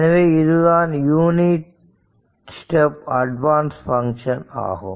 எனவே இதுதான் unit step advance function ஆகும்